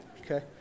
okay